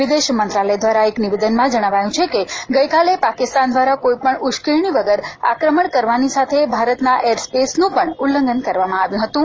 વિદેશ મંત્રાલય દ્વારા એક નિવેદનમાં જણાવ્યું છે કે ગઇકાલે પાકિસ્તાન દ્વારા કોઇપણ ઉશ્કેરણી વગર આક્રમણ કરવાની સાથે ભારતના એર સ્પેસનું પણ ઉલ્લંઘન કરવામાં આવ્યું હતું